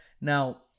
Now